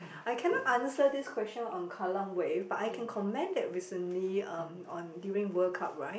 I cannot answer this question on Kallang Wave but I can comment that recently um on during World Cup right